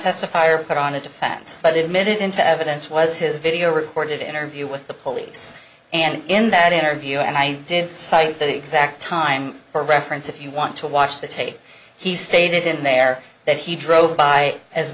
testify or put on a defense by the admitted into evidence was his video recorded interview with the police and in that interview and i did cite that exact time for reference if you want to watch the tape he stated in there that he drove by as